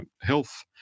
health